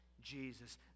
Jesus